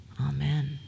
Amen